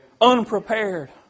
Unprepared